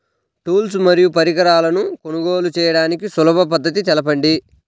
Tools మరియు పరికరాలను కొనుగోలు చేయడానికి సులభ పద్దతి తెలపండి?